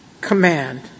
command—